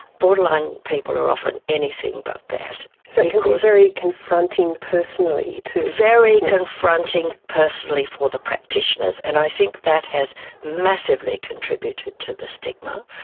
borderline people are often anything but that. so it can be very confronting personally to very confronting personally for the practitioners. and i think that has massively contributed to the stigma.